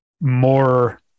more